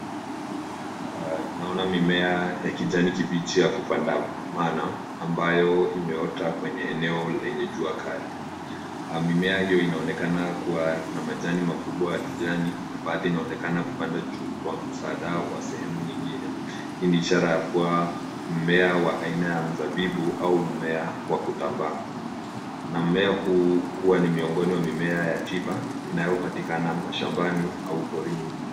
Naona mimea ya kijani kibichi ya kupandamana ambayo imeota kwenye aneo lenye jua kali. Mimea hiyo inaonekana kuwa na majani makubwa ya kijani na baadhi inaonekana kupanda juu kwa msaada wa sehemu nyingine. Hii ni ishara ya kuwa mmea wa aina ya mzabibu au wa kutambaa, na mmea huu huwa ni miongoni wa mimea ya tiba inayopatikana mashambani au porini.